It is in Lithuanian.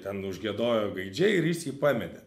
ten užgiedojo gaidžiai ir jis jį pametė